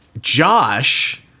Josh